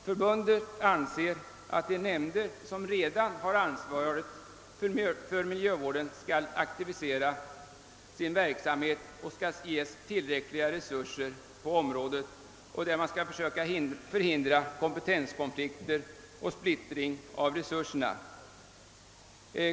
Förbundet anser att de nämnder som redan har ansvaret för miljövården skall aktivisera sin verksamhet och skall ges tillräckliga resurser på området samt att man skall försöka förhindra kompetenskonflikter och splittring av resurserna.